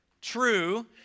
true